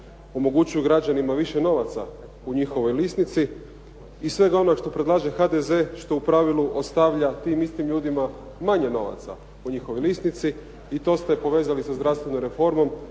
omogućuju građanima više novaca u njihovoj lisnici i svega onoga što predlaže HDZ što u pravilu ostavlja tim istim ljudima manje novaca u njihovoj lisnici i to ste povezali sa zdravstvenom reformom